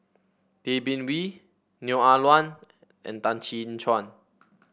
Tay Bin Wee Neo Ah Luan and Tan Chin